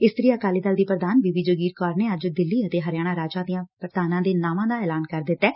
ਇਸਤਰੀ ਅਕਾਲੀ ਦੀ ਪ੍ਰਧਾਨ ਬੀਬੀ ਜਗੀਰ ਕੌਰ ਨੇ ਅੱਜ ਦਿੱਲੀ ਅਤੇ ਹਰਿਆਣਾ ਰਾਜਾਂ ਦੀਆਂ ਪ੍ਰਧਾਨਾਂ ਦੇ ਨਾਵਾਂ ਦਾ ਐਲਾਨ ਕਰ ਦਿੱਤੈ